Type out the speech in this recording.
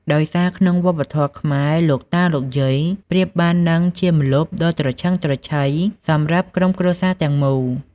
ដោយសារ ក្នុងវប្បធម៌ខ្មែរ លោកតាលោកយាយប្រៀបបានហ្នឹងជាម្លប់ដ៏ត្រឈឹងត្រឈៃសម្រាប់ក្រុមគ្រួសារទាំងមូល។